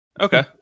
Okay